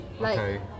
Okay